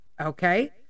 okay